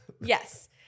Yes